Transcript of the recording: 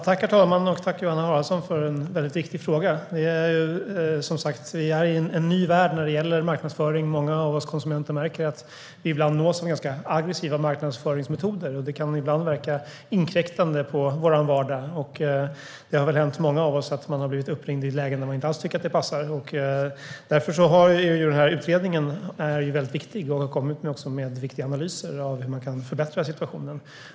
Herr talman! Tack, Johanna Haraldsson, för en viktig fråga! Vi är i en ny värld när det gäller marknadsföring. Många av oss konsumenter märker att vi ibland nås av aggressiva marknadsföringsmetoder. Det kan ibland verka inkräktande på vår vardag. Det har väl hänt många av oss att man har blivit uppringd i ett läge när man inte alls tycker att det passar. Därför är denna utredning viktig och har lagt fram viktiga analyser av hur situationen kan förbättras.